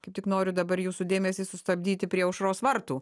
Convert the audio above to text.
kaip tik noriu dabar jūsų dėmesį sustabdyti prie aušros vartų